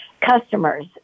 customers